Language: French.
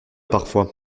parfois